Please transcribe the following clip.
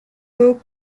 l’eau